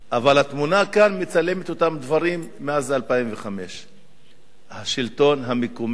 אבל התמונה כאן מצלמת אותם דברים מאז 2005. השלטון המקומי,